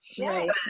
Right